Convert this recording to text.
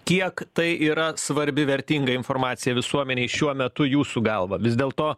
kiek tai yra svarbi vertinga informacija visuomenei šiuo metu jūsų galva vis dėl to